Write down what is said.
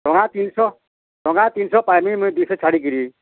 ଟଙ୍କା ତିନି ଶହ ଟଙ୍କା ତିନି ଶହ ପାଇବି ମୁଇଁ ଦୁଇ ଶହ ଛାଡ଼ି କରି